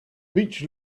beach